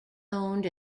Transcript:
owned